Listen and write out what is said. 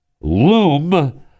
loom